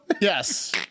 yes